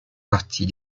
partie